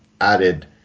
added